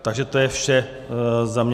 Takže to je vše za mě.